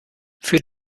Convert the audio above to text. für